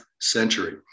century